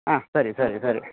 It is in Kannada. ಹಾಂ ಸರಿ ಸರಿ ಸರಿ